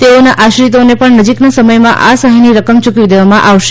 તેઓના આશ્રિતને પણ નજીકના સમયમાં આ સહાયની રકમ ચુકવી દેવામાં આવશે